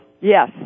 Yes